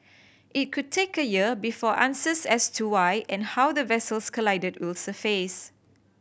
it could take a year before answers as to why and how the vessels collided will surface